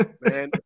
Man